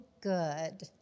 good